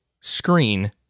screen